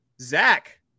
Zach